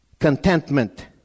Contentment